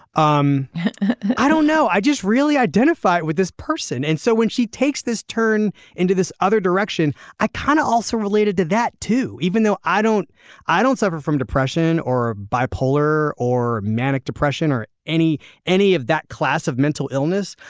um i don't know i just really identify with this person. and so when she takes this turn into this other direction i kind of also related to that too even though i don't i don't suffer from depression or bipolar or manic depression or any any of that class of mental illness.